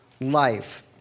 life